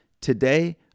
Today